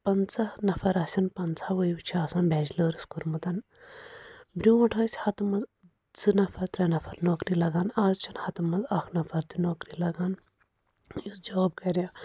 پَنٛژاہ نَفَر آسَن پَنٛژاہوَے چھِ آسان بیچلٲرٕس کۆرمُت برٛوٗنٹھ ٲسۍ ہتہٕ منٛز زٕ نَفَر ترٛےٚ نَفَر نوکری لَگان اَز چھُنہِ ہتہِ منٛز اَکھ تہِ نوکری لَگان یُس جاب کَرِ